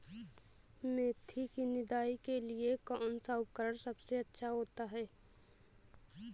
मेथी की निदाई के लिए कौन सा उपकरण सबसे अच्छा होता है?